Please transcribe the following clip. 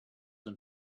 and